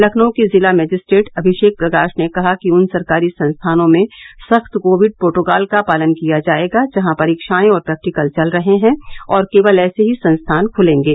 लखनऊ के जिला मजिस्ट्रेट अभिषेक प्रकाश ने कहा कि उन सरकारी संस्थानों में सख्त कोविड प्रोटोकॉल का पालन किया जाएगा जहां परीक्षाएं और प्रैक्टिकल चल रहे हैं और केवल ऐसे ही संस्थान खुलेंगे